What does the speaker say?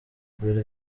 mbere